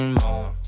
more